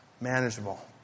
manageable